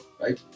right